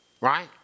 Right